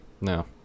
no